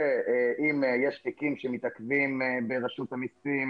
שאם יש תיקים שמתעכבים ברשות המסים,